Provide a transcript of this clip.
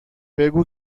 بگو